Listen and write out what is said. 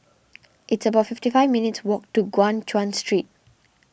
it's about fifty five minutes' walk to Guan Chuan Street